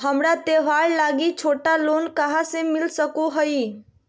हमरा त्योहार लागि छोटा लोन कहाँ से मिल सको हइ?